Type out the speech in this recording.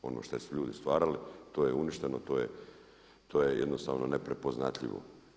Ono što su ljudi stvarali to je uništeno, to je jednostavno neprepoznatljivo.